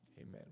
Amen